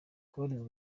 kubabwiza